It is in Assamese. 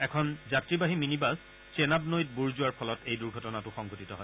এখন যাত্ৰীবাহী মিনি বাছ চেনাব নৈত বুৰ যোৱাৰ ফলত এই দুৰ্ঘটনাটো সংঘটিত হয়